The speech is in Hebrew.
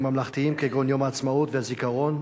ממלכתיים כגון יום העצמאות והזיכרון,